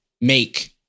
make